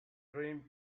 dream